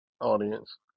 audience